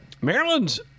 Maryland's